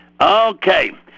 Okay